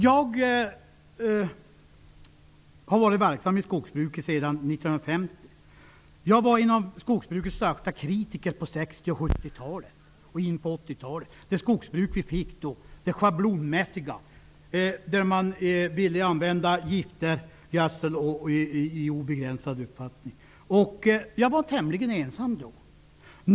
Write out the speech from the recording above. Jag har varit verksam inom skogsbruket sedan 1950. På 60 och 70-talen och in på 80-talet var jag en skogsbrukets största kritiker. Jag var kritiskt mot det skogsbruk vi fick då, det schablonmässiga skogsbruket där man ville använda gifter och gödsel i obegränsad omfattning. Jag var tämligen ensam.